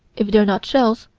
if they're not shells,